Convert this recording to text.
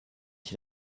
ich